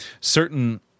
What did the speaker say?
certain